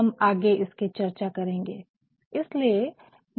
हम आगे इसकी चर्चा करेंगे